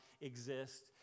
exist